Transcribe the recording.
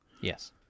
Yes